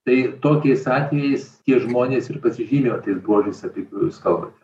tai tokiais atvejais tie žmonės ir pasižymi va tais buožiais apie kuriuos jūs kalbate